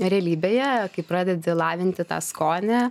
realybėje kai pradedi lavinti tą skonį